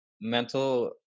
mental